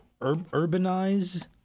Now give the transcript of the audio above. urbanize